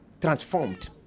transformed